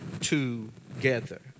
together